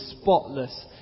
spotless